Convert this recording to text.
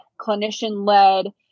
clinician-led